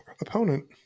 opponent